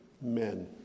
men